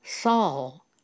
Saul